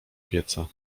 pieca